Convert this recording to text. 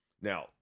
Now